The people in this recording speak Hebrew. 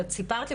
אבל את סיפרת,